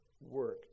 work